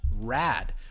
rad